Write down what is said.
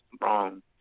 wrong